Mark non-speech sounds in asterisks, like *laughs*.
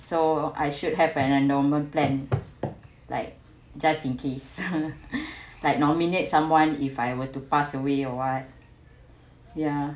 so I should have a normal plan like just in case *laughs* like nominate someone if I were to pass away or what ya